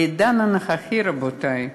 רבותי,